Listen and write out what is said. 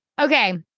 Okay